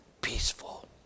peaceful